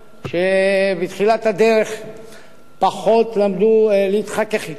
שבתחילת הדרך פחות למדו להתחכך אתו,